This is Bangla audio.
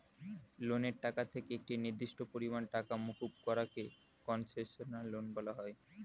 লোনের টাকা থেকে একটি নির্দিষ্ট পরিমাণ টাকা মুকুব করা কে কন্সেশনাল লোন বলা হয়